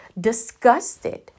disgusted